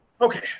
Okay